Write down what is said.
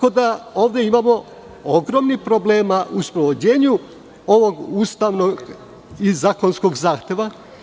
Ovde imamo ogromnih problema u sprovođenju ovog ustavnog i zakonskog zahteva.